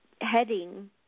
heading